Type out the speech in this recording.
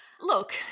Look